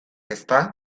ezta